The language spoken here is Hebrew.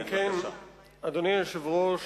אם כן, אדוני היושב-ראש,